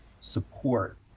support